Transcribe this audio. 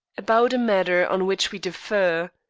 about a matter on which we differ,